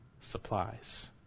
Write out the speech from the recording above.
supplies